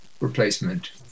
replacement